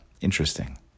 interesting